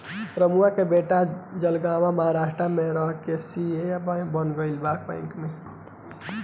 रमुआ के बेटा जलगांव महाराष्ट्र में रह के सी.ए बन गईल बा बैंक में